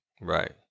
right